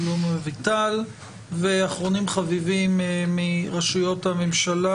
ואחרונים חביבים מרשויות הממשלה,